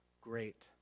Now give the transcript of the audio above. great